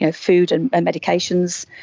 ah food and and medications,